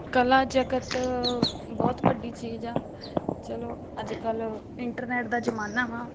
ਕਲਾ ਜਗਤ ਬਹੁਤ ਵੱਡੀ ਚੀਜ਼ ਆ ਚਲੋ ਅੱਜ ਕੱਲ੍ਹ ਇੰਟਰਨੈਟ ਦਾ ਜ਼ਮਾਨਾ ਵਾ